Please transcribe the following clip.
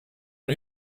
een